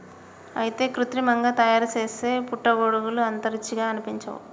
అయితే కృత్రిమంగా తయారుసేసే పుట్టగొడుగులు అంత రుచిగా అనిపించవు